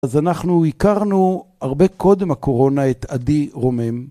אז אנחנו הכרנו הרבה קודם הקורונה את עדי רומם.